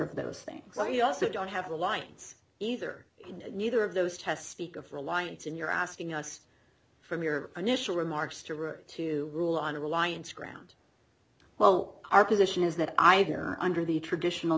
of those things where you also don't have the winds either and neither of those tests speak of reliance and you're asking us from your initial remarks to refer to rule on a reliance ground well our position is that either under the traditional